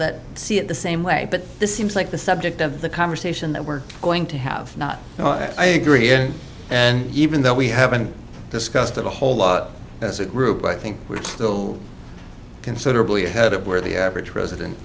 that see it the same way but this seems like the subject of the conversation that we're going to have not i agree here and even though we haven't discussed it a whole lot as a group i think we're still considerably ahead of where the average president